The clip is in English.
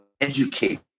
educate